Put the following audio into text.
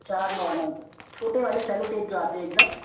चार normal tape छोटे वाले सेलो टेप जो आते हैं एक दम